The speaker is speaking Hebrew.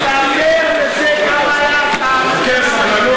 ספר כמה היה, חכה.